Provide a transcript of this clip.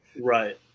Right